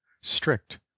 strict